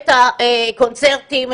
את הקונצרטים,